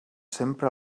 sempre